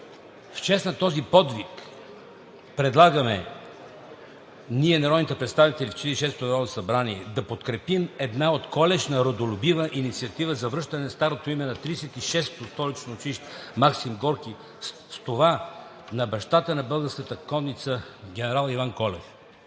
В чест на този подвиг ние, народните представителите в 46-ото народно събрание, предлагаме да подкрепим една отколешна, родолюбива инициатива за връщане старото име на 36-то столично училище „Максим Горки“ с това на бащата на българската конница генерал Иван Колев.